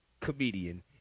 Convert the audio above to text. comedian